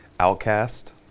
Outcast